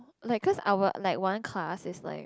like cause our like one class is like